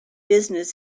business